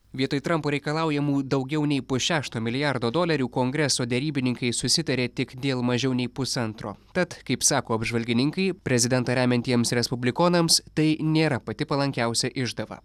vietoj trampo reikalaujamų daugiau nei pusšešto milijardo dolerių kongreso derybininkai susitarė tik dėl mažiau nei pusantro tad kaip sako apžvalgininkai prezidentą remiantiems respublikonams tai nėra pati palankiausia išdava